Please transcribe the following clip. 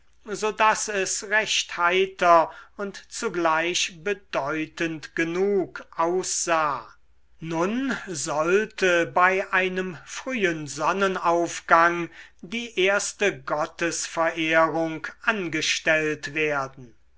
daß es recht heiter und zugleich bedeutend genug aussah nun sollte bei einem frühen sonnenaufgang die erste gottesverehrung angestellt werden